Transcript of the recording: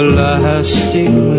lasting